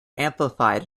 amplified